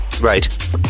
Right